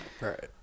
Right